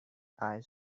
eyes